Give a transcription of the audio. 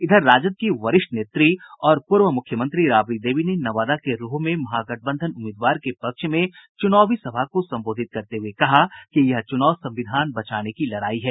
इधर राजद की वरिष्ठ नेत्री और पूर्व मुख्यमंत्री राबड़ी देवी ने नवादा के रोह में महागठबंधन उम्मीदवार के पक्ष में चुनावी सभा को संबोधित करते हुए कहा कि यह चुनाव संविधान बचाने की लड़ाई है